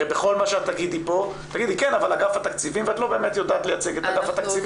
בכל מה שתגידי פה את לא באמת יודעת לייצג את אגף התקציבים.